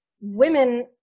women